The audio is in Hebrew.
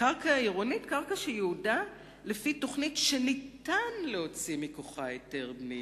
קרקע שייעודה לפי תוכנית שניתן להוציא מכוחה היתר בנייה.